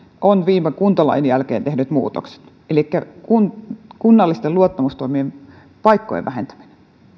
ovat viime kuntalain jälkeen tehdyt muutokset elikkä kunnallisten luottamustoimien paikkojen vähentäminen